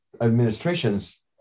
administrations